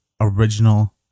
original